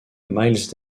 miles